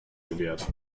gewährt